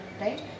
Right